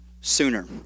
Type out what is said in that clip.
sooner